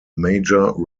major